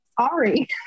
sorry